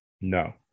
No